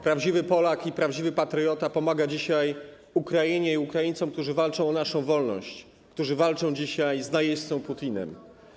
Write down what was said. Prawdziwy Polak i prawdziwy patriota pomaga dzisiaj Ukrainie i Ukraińcom, którzy walczą o naszą wolność, którzy walczą dzisiaj z najeźdźcą, z Putinem.